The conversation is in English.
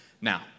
Now